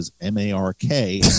m-a-r-k